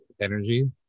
energy